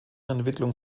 entwicklung